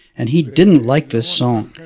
and he didn't like this song.